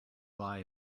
lie